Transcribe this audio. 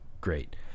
great